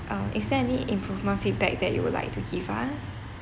uh is there any improvement feedback that you would like to give us